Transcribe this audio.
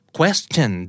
question